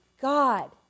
God